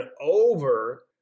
over